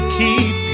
keep